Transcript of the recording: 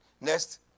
Next